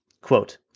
Quote